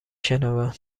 شنوم